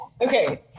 okay